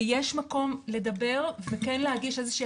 שיש מקום לדבר וכן להגיש איזה שהיא